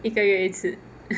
一个月一次